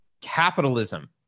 capitalism